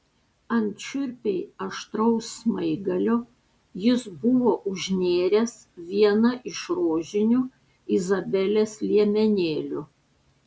ant šiurpiai aštraus smaigalio jis buvo užnėręs vieną iš rožinių izabelės liemenėlių